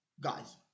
guys